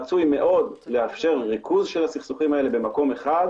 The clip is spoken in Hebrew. רצוי מאוד לאפשר ריכוז של הסכסוכים האלה במקום אחד,